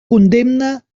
condemna